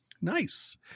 nice